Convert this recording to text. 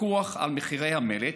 פיקוח על מחירי המלט